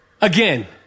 again